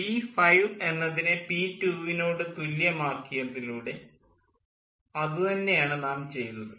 P 5 എന്നതിനെ P two നോട് തുല്യമാക്കിയതിലൂടെ അതു തന്നെയാണ് നാം ചെയ്തത്